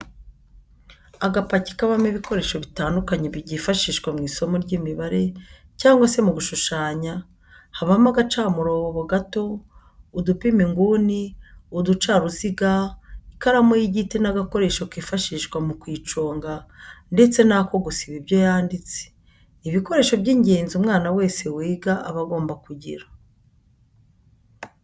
Agapaki kabamo ibikoresho bitandukanye byifashishwa mw'isomo ry'imibare cyangwa se mu gushushanya habamo agacamurobo gato, udupima inguni, uducaruziga ,ikaramu y'igiti n'agakoresho kifashishwa mu kuyiconga ndetse n'ako gusiba ibyo yanditse, ni ibikoresho by'ingenzi umwana wese wiga aba agomba kugira.